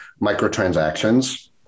microtransactions